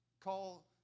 call